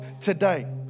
today